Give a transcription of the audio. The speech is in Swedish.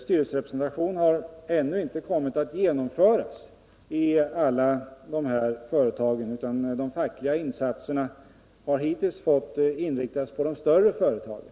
Styrelserepresentationen har ännu inte kommit att Sentationen för anställda sentationen för anställda genomföras i alla dessa företag, utan de fackliga insatserna har hittills fått inriktas på de större företagen.